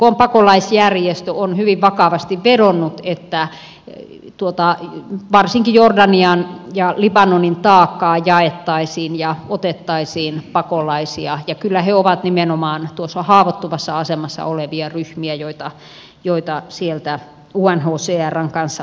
ykn pakolaisjärjestö on hyvin vakavasti vedonnut että varsinkin tuota jordanian ja libanonin taakkaa jaettaisiin ja otettaisiin pakolaisia ja kyllä he ovat nimenomaan tuossa haavoittuvassa asemassa olevia ryhmiä joita sieltä unhcrn kanssa otetaan